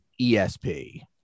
ESP